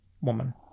woman